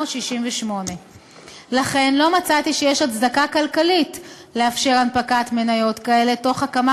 1968. לכן לא מצאתי שיש הצדקה כלכלית לאפשר הנפקת מניות כאלה תוך הקמה